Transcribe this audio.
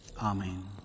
Amen